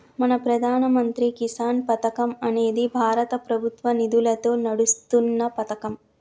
మన ప్రధాన మంత్రి కిసాన్ పథకం అనేది భారత ప్రభుత్వ నిధులతో నడుస్తున్న పతకం